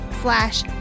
slash